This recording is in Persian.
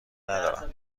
ندارم